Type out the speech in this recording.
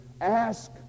Ask